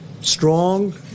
strong